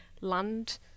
land